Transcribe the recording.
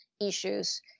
issues